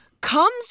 comes